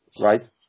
right